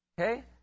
Okay